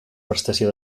prestació